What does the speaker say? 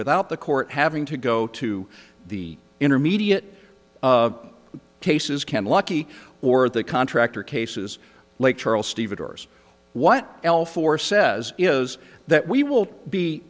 without the court having to go to the intermediate cases can lucky or the contractor cases lake charles stevedores what l force says is that we will be